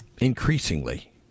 Increasingly